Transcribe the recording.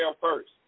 first